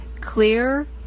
clear